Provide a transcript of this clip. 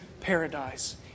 paradise